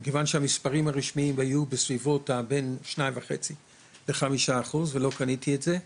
מכיוון שהמספרים הרשמיים היו בין 2.5-5% ולא קניתי את זה,